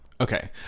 Okay